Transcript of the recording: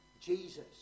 Jesus